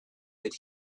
that